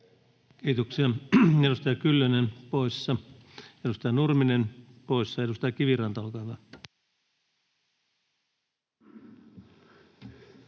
Kiitoksia. — Edustaja Kyllönen poissa. Edustaja Nurminen poissa. — Edustaja Kiviranta, olkaa hyvä.